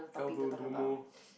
Aldo Domo